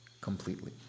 completely